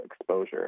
exposure